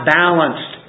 balanced